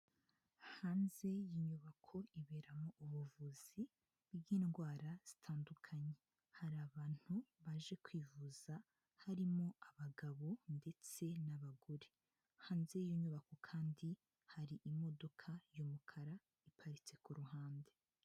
Hanze y'inyubako iberamo ubuvuzi bw'indwara zitandukanye, hari abantu baje kwivuza harimo abagabo ndetse n'abagore, hanze y'iyo nyubako kandi hari imodoka y'umukara iparitse ku ruhande.